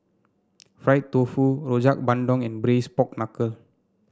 Fried Tofu Rojak Bandung and Braised Pork Knuckle